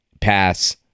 pass